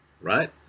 Right